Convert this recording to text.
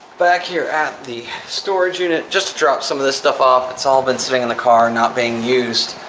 back here at the storage unit, just to drop some of this stuff off. it's all been sitting in the car and not being used,